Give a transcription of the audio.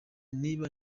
niba